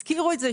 הזכירו את זה,